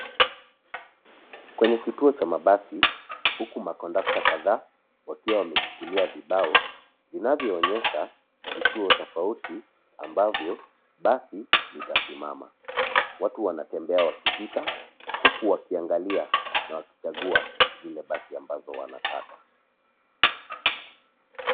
Kwenye kituo cha mabasi huku makondakta kadhaa wakiwa wameshikilia vibao vinavyoonyesha vituo tofauti ambavyo basi itasimama. Watu wanatembea wakipita huku wakiangalia na wakichagua zile basi ambazo wanataka.